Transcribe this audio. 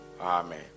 amen